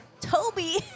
Toby